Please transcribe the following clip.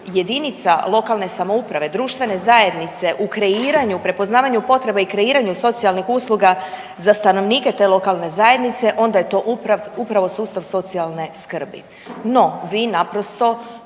jedinice lokalne samouprave, društvene zajednice u kreiranju, prepoznavanju potreba i kreiranju socijalnih usluga za stanovnike te lokalne zajednice onda je to upravo sustav socijalne skrbi. No, vi naprosto